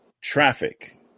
Traffic